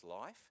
life